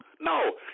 No